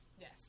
Yes